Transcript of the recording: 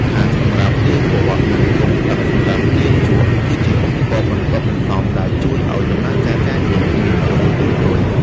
ថាសសម្រាប់លាយពណ៌ និងធុងទឹកសម្រាប់លាងជក់ គឺជាឧបករណ៍បន្ទាប់បន្សំដែលជួយឱ្យដំណើរការការងារមានរបៀបរៀបរយ។